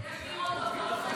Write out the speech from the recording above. יש דירות שעומדות ריקות.